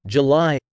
July